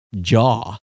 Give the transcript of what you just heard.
jaw